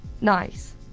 nice